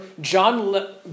John